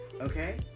Okay